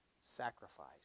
sacrifice